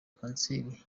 kanseri